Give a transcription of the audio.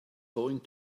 going